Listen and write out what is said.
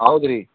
ಹೌದ್ ರೀ